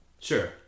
Sure